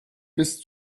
bis